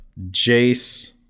Jace